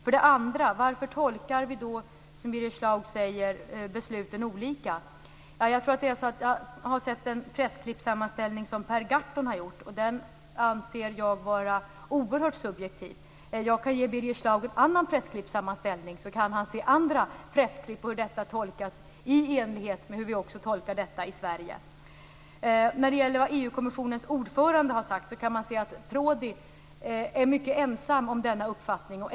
Birger Schlaug säger att vi tolkar besluten olika. Jag har sett en sammanställning av pressklipp som Per Gahrton har gjort. Jag anser att den är oerhört subjektiv. Jag kan ge Birger Schlaug en annan sammanställning av pressklipp. Då kan han se andra pressklipp och hur detta tolkas i enlighet med hur vi också tolkar det i Sverige. När det gäller vad EU-kommissionens ordförande har sagt är Prodi mycket ensam om denna uppfattning.